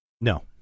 No